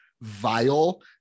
vile